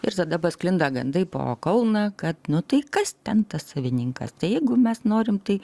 ir tada pasklinda gandai po kauną kad nu tai kas ten tas savininkas tai jeigu mes norim tai